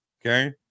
Okay